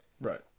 Right